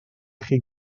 chi